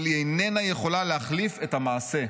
אבל היא איננה יכולה להחליף את המעשה.